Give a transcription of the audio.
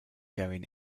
going